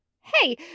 Hey